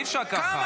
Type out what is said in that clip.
אי-אפשר ככה.